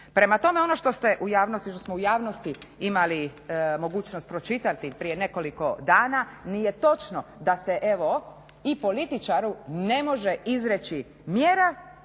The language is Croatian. Prema tome ono što smo u javnosti imali mogućnosti pročitati prije nekoliko dana nije točno da se evo i političaru ne može izreći mjera